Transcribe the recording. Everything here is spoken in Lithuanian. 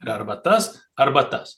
arba tas arba tas